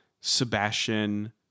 Sebastian